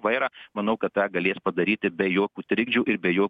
vairą manau kad tą galės padaryti be jokių trikdžių ir be jo